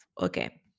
okay